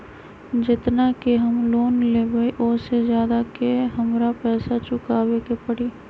जेतना के हम लोन लेबई ओ से ज्यादा के हमरा पैसा चुकाबे के परी?